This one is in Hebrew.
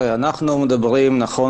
נכון